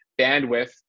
bandwidth